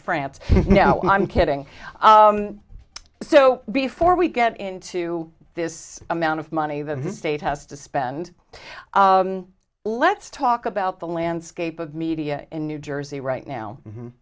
france no i'm kidding so before we get into this amount of money that the state has to spend let's talk about the landscape of media in new jersey right now